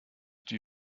die